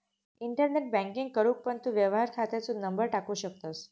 internet banking करूक पण तू व्यवहार खात्याचो नंबर टाकू शकतंस